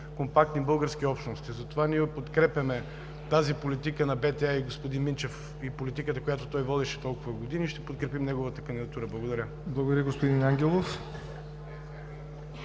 компактни български общности. Затова ние подкрепяме тази политика на БТА и господин Минчев – политиката, която той водеше толкова години, и ще подкрепим неговата кандидатура. Благодаря Ви.